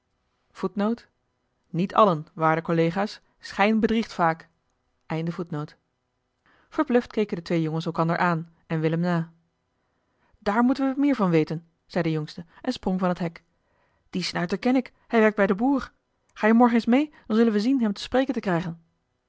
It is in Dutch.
verbluft keken de twee jongens elkander aan en willem na daar moeten we meer van weten zei de jongste en sprong van het hek dien snuiter ken ik hij werkt bij den boer ga je morgen eens mee dan zullen we zien hem te spreken te krijgen